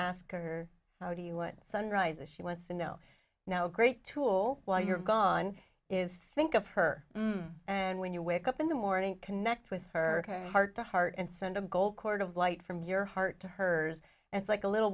ask her how do you want sunrise if she wants to know now great tool while you're gone is think of her and when you wake up in the morning connect with her heart to heart and send a gold cord of light from your heart to hers it's like a little